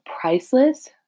priceless